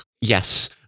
Yes